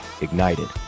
Ignited